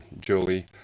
Julie